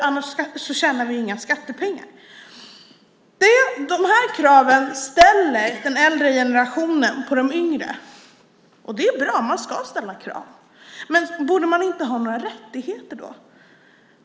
Annars tjänar vi inga skattepengar. Dessa krav ställer den äldre generationen på de yngre. Det är bra. Man ska ställa krav. Men borde man inte ha några rättigheter då?